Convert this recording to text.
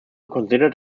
considered